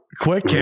Quick